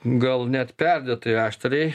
gal net perdėtai aštriai